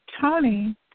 Tony